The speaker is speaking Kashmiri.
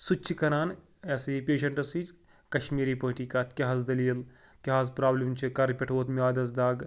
سُہ تہِ چھِ کَران یہِ ہَسا یہِ پیشنٛٹَس سۭتۍ کَشمیٖری پٲٹھی کَتھ کیٛاہ حظ دٔلیٖل کیٛاہ حظ پرٛابلِم چھِ کَرٕ پٮ۪ٹھٕ ووت میٛادَس دَگ